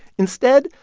instead,